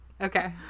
Okay